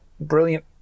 brilliant